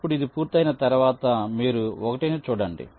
ఇప్పుడు ఇది పూర్తయిన తర్వాత మీరు 1 చూడండి